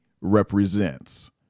represents